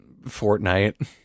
Fortnite